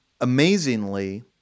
Amazingly